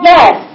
Yes